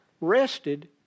rested